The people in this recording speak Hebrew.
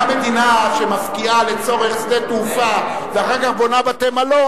גם מדינה שמפקיעה לצורך שדה תעופה ואחר כך בונה בתי-מלון,